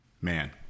Man